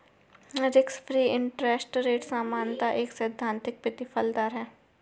risk free interest rate सामान्यतः एक सैद्धांतिक प्रतिफल दर है